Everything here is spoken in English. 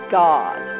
god